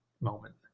moment